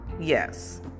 yes